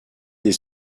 des